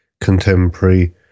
contemporary